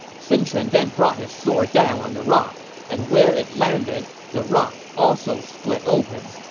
sun quan then brought his sword down on the rock, and where it landed, the rock also split open.